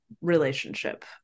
relationship